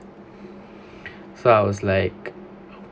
so I was like